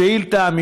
השאילתה,